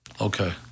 Okay